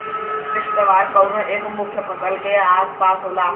harvest त्यौहार कउनो एक मुख्य फसल के आस पास होला